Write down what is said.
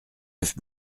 neuf